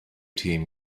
team